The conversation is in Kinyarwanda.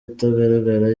itagaragara